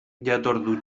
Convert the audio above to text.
jatordu